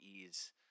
ease